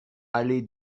allée